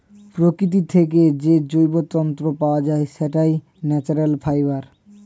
প্রকৃতি থেকে যে জৈব তন্তু পাওয়া যায়, সেটাই ন্যাচারাল ফাইবার